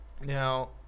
Now